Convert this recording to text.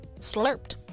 slurped